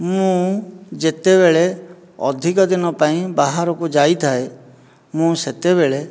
ମୁଁ ଯେତେବେଳେ ଅଧିକ ଦିନ ପାଇଁ ବାହାରକୁ ଯାଇଥାଏ ମୁଁ ସେତେବେଳେ